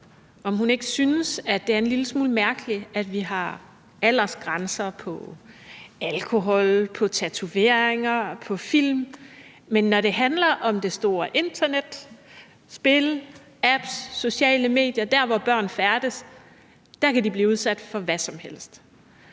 om hun ikke synes, at det er en lille smule mærkeligt, at vi har aldersgrænser i forbindelse med alkohol, tatoveringer og film, men når det handler om det store internet – spil, apps, sociale medier; der, hvor børn færdes – kan de blive udsat for hvad som helst.